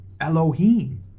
Elohim